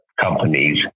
companies